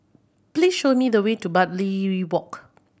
please show me the way to Bartley Walk